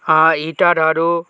हिटरहरू